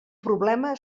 problema